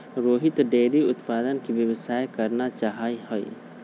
Rohit dairy उत्पादन के व्यवसाय करना चाहा हई